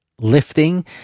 lifting